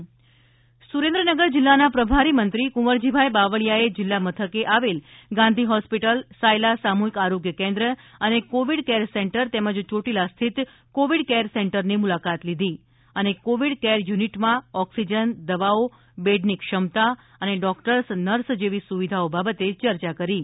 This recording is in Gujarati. કુંવરજી બાવળિયા સુરેન્દ્રનગર જિલ્લાના પ્રભારી મંત્રીશ્રી કુંવરજીભાઈ બાવળીયાએ જિલ્લા મથકે આવેલ ગાંધી હોસ્પિટલ સાયલા સામુહિક આરોગ્ય કેન્દ્ર અને કોવિડ કેર સેન્ટર તેમજ ચોટીલા સ્થિત કોવીડ કેર સેન્ટરની મુલાકાત લીધી અને કોવિડ કેર યુનિટમાં ઓક્સીજન દવાઓ બેડની ક્ષમતા અને ડોકટર્સ નર્સ જેવી સુવિધાઓ બાબતે ચર્ચા કરી હતી